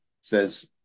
says